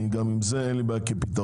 וגם עם זה אין לי בעיה כפתרון,